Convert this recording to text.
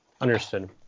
Understood